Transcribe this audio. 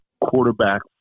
quarterback